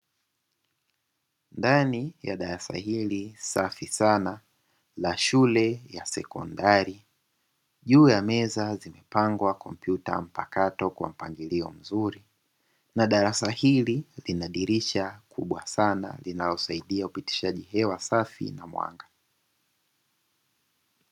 Ndani ya darasa hili safi sana la shule ya sekondari, juu ya meza zimepangwa kompyuta mpakato kwa mpangilio mzuri na darasa hili lina dirisha kubwa sana linalosaidia upitishaji hewa safi na mwanga.